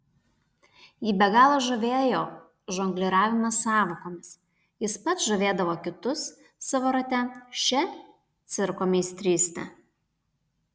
jį be galo žavėjo žongliravimas sąvokomis jis pats žavėdavo kitus savo rate šia cirko meistryste